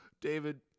David